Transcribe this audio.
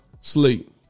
sleep